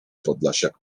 podlasiak